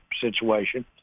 situation